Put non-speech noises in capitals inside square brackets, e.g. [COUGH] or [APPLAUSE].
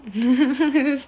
[LAUGHS]